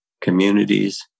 communities